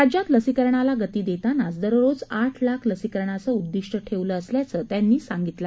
राज्यात लसीकरणाला गती देतानाच दररोज आठ लाख लसीकरणाचं उद्दिष्ट ठेवलं असल्याचं त्यांनी सांगितलं